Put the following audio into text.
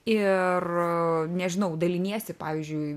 ir a nežinau daliniesi pavyzdžiui